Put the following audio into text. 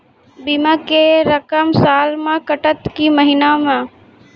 बीमा के रकम साल मे कटत कि महीना मे?